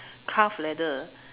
calf leather